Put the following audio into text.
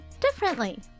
differently